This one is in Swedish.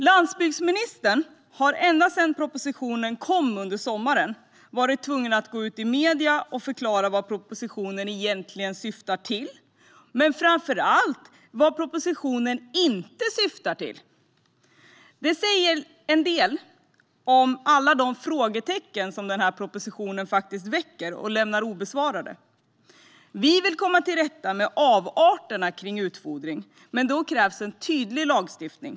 Landsbygdsministern har ända sedan propositionen kom i somras varit tvungen att gå ut i medierna och förklara vad den egentligen syftar till men framför allt vad den inte syftar till. Det säger en del om hur många frågor propositionen väcker och lämnar obesvarade. Vi vill komma till rätta med avarterna av utfodring, men då krävs en tydlig lagstiftning.